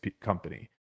company